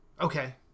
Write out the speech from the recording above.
Okay